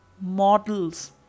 models